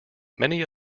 many